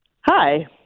Hi